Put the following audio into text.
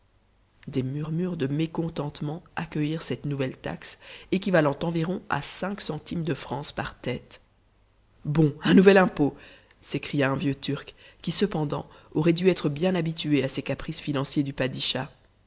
des murmures de mécontentement accueillirent cette nouvelle taxe équivalant environ à cinq centimes de france par tête bon un nouvel impôt s'écria un vieux turc qui cependant aurait dû être bien habitué à ces caprices financiers du